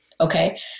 Okay